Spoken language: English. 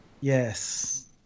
Yes